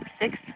six